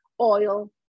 oil